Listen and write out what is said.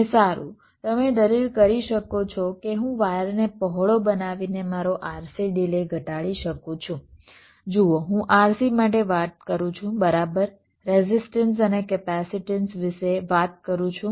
અને સારું તમે દલીલ કરી શકો છો કે હું વાયરને પહોળો બનાવીને મારો RC ડિલે ઘટાડી શકું છું જુઓ હું RC માટે વાત કરું છું બરાબર રેઝિસ્ટન્સ અને કેપેસિટન્સ વિશે વાત કરું છું